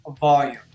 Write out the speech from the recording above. volume